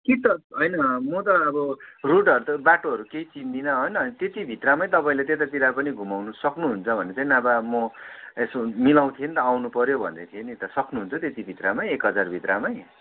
कि त होइन म त अब रोडहरू त बाटोहरू केही चिन्दिन होइन त्यति भित्रमै तपाईँले त्यतातिर पनि घुमाउनु सक्नुहुन्छ भने चाहिँ नभए म यसो मिलाउथे नि त आउनु पर्यो भन्दै थिएँ नि त सक्नुहुन्छ त्यतिभित्रमै एक हजार भित्रमै